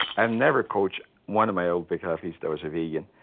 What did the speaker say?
and never coach one of my olympics athletes that was a vegan.